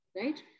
right